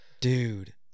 Dude